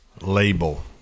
label